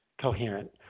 coherent